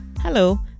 Hello